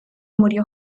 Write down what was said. murió